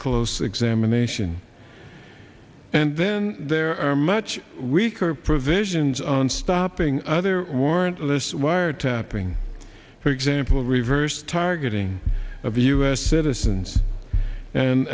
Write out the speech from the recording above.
close examination and then there are much weaker provisions on stopping other warrantless wiretapping for example reverse targeting of u s citizens